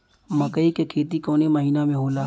मकई क खेती कवने महीना में होला?